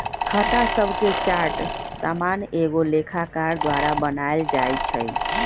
खता शभके चार्ट सामान्य एगो लेखाकार द्वारा बनायल जाइ छइ